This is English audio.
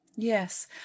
Yes